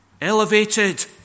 Elevated